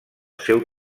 seu